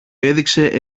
έδειξε